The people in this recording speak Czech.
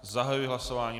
Zahajuji hlasování.